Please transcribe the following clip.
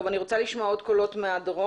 טוב אני רוצה לשמוע עוד קולות מהדרום,